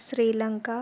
Sri Lanka